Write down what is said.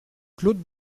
claude